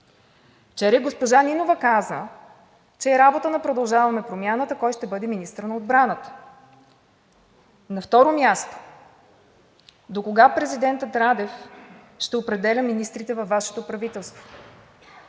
Вчера и госпожа Нинова каза, че е работа на „Продължаваме Промяната“ кой ще бъде министър на отбраната. На второ място, докога президентът Радев ще определя министрите във Вашето правителството.